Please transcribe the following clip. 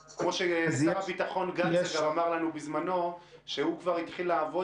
שר הביטחון גנץ אמר לנו בזמנו שהוא כבר התחיל לעבוד